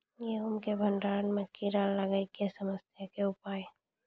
गेहूँ के भंडारण मे कीड़ा लागय के समस्या के उपाय?